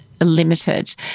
limited